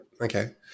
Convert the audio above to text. Okay